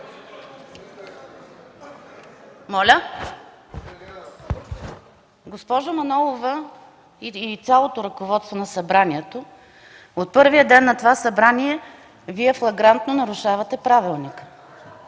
Госпожо Манолова и цялото ръководство на Събранието, от първия ден на това Събрание Вие флагрантно нарушавате Правилника.